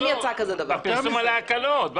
בפרסום על ההקלות.